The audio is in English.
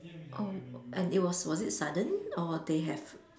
oh and it was was it sudden or they have